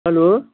hello